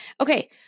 Okay